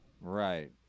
Right